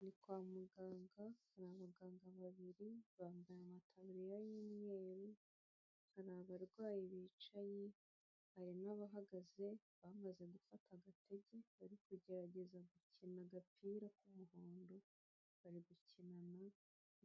Ni kwa muganga, ni abaganga babiri bambaye amataburiya y'imyeru. Hari abarwayi bicaye, hari n'abahagaze, bamaze gufata agatege bari kugerageza gukina agapira k'umuhondo. Bari gukinana